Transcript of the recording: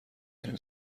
داریم